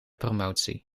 promotie